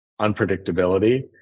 unpredictability